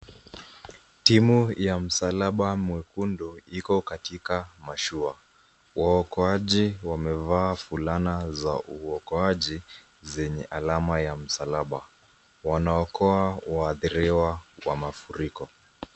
Timu ya msalaba mwekundu iko katika mashua, waokoaji wamevaa fulana za uokoaji zenye alama ya msalaba, wana okoa waadhiriwa wa mafuriko.